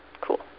Cool